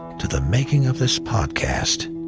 to the making of this podcast.